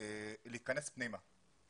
להיכנס פנימה